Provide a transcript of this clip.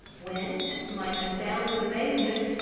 when, to my unbounded amazement,